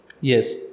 yes